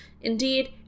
Indeed